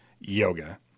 yoga